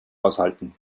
aushalten